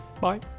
bye